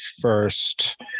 first